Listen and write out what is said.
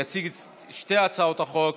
יציג את שתי הצעות החוק